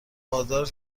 وادار